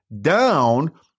down